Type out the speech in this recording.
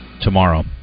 tomorrow